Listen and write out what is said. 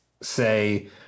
say